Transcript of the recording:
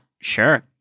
Sure